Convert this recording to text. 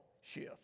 shift